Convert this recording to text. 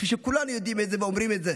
כפי שכולם יודעים את זה ואומרים את זה.